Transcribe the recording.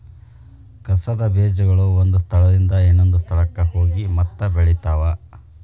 ಕಸದ ಬೇಜಗಳು ಒಂದ ಸ್ಥಳದಿಂದ ಇನ್ನೊಂದ ಸ್ಥಳಕ್ಕ ಹೋಗಿ ಮತ್ತ ಬೆಳಿತಾವ